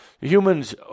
Humans